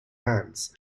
hands